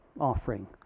offering